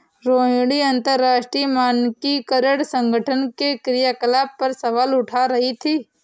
रोहिणी अंतरराष्ट्रीय मानकीकरण संगठन के क्रियाकलाप पर सवाल उठा रही थी